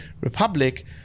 Republic